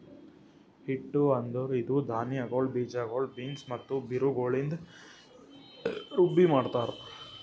ಹಿಟ್ಟು ಅಂದುರ್ ಇದು ಧಾನ್ಯಗೊಳ್, ಬೀಜಗೊಳ್, ಬೀನ್ಸ್ ಮತ್ತ ಬೇರುಗೊಳಿಂದ್ ರುಬ್ಬಿ ಮಾಡ್ತಾರ್